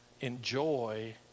Enjoy